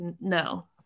no